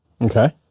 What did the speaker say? Okay